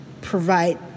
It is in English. provide